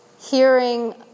hearing